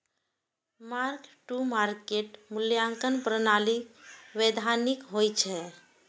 mark to market मूल्यांकन प्रणाली वैधानिक होइ छै